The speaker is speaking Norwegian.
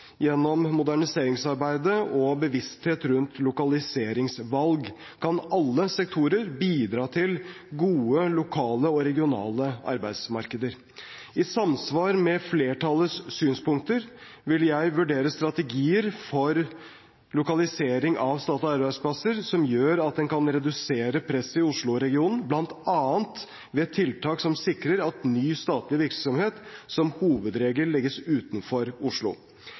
Gjennom moderniseringsarbeidet og bevissthet rundt lokaliseringsvalg kan alle sektorer bidra til gode lokale og regionale arbeidsmarkeder. I samsvar med flertallets synspunkter vil jeg vurdere strategier for lokalisering av statlige arbeidsplasser som gjør at man kan redusere presset i Oslo-regionen, bl.a. ved tiltak som sikrer at ny statlig virksomhet som hovedregel legges utenfor Oslo.